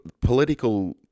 political